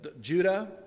Judah